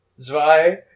zwei